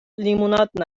لیموناد